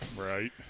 Right